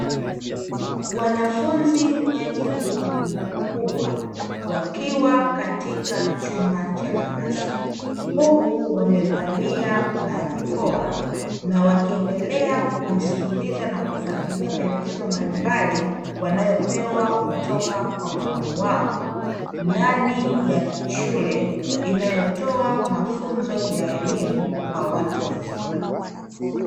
Wanafunzi wenye umri mkubwa wakiwa katika chumba cha darasa, huku wamevalia barakoa na wakiendelea kumsikiliza na kufuatilia maelekezo mbalimbali, wanayopewa kutoka kwa mwalimu wao ndani ya shule, inayotoa mafunzo ya elimu kwa watu wazima.